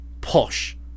Posh